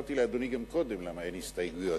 אני הסברתי לאדוני גם קודם למה אין הסתייגויות,